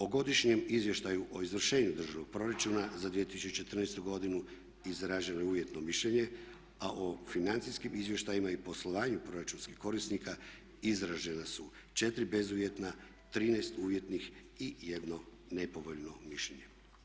O Godišnjem izvještaju o izvršenju Državnog proračuna za 2014. godinu izraženo je uvjetno mišljenje, a o financijskim izvještajima i poslovanju proračunskih korisnika izražena su 4 bezuvjetna, 13 uvjetnih i 1 nepovoljno mišljenje.